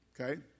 Okay